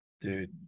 Dude